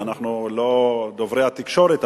ואנחנו לא דוברי התקשורת,